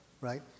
right